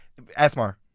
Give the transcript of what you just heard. Asmar